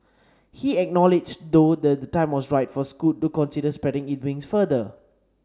he acknowledged though the time was right for Scoot to consider spreading its wings further